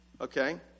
Okay